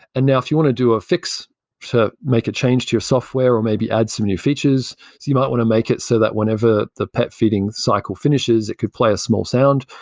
and now if you want to do a fix to make a change to your software, or maybe add some new features, so you might want to make it so that whenever the pet feeding cycle finishes it could play a small sound,